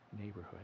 neighborhood